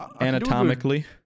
Anatomically